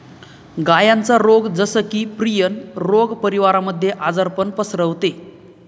गायांचा रोग जस की, प्रियन रोग परिवारामध्ये आजारपण पसरवते